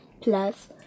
plus